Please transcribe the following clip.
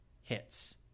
hits